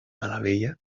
malavella